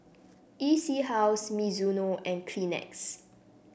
E C House Mizuno and Kleenex